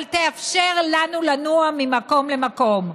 אבל תאפשר לנו לנוע ממקום למקום.